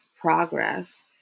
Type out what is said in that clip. progress